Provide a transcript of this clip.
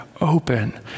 open